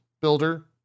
builder